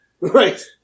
Right